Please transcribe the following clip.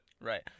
Right